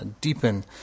deepen